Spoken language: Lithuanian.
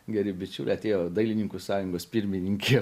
geri bičiuliai atėjo dailininkų sąjungos pirmininkė